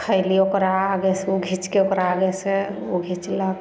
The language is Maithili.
खयली ओकरा आगे से ओ घीचिके ओकरा आगे से ओ घिचलक